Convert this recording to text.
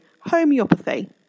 homeopathy